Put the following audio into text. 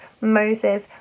Moses